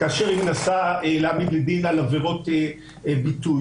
כאשר היא מנסה להעמיד לדין על עבירות ביטוי.